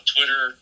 Twitter